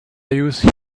use